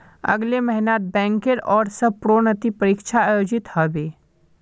अगले महिनात बैंकेर ओर स प्रोन्नति परीक्षा आयोजित ह बे